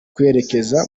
kwerekeza